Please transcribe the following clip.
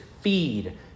feed